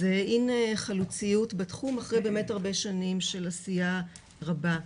אז הנה חלוציות בתחום אחרי הרבה שנים של עשייה רבה.